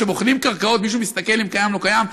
כשבוחנים קרקעות, מישהו מסתכל אם קיים, לא קיים?